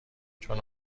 چون